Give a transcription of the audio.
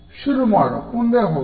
ಶುರು ಮಾಡು ಮುಂದೆ ಹೋಗು